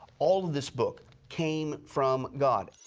all this book came from god.